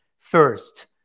First